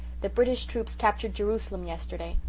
the british troops captured jerusalem yesterday.